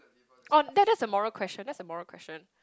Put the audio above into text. oh that that's a moral question that's a moral question